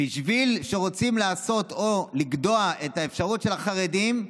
רוצים לעשות או לגדוע את האפשרות של החרדים,